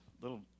little